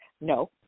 no